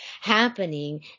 happening